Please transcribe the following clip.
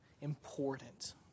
important